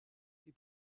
die